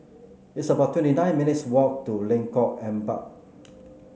it's about twenty nine minutes' walk to Lengkok Empat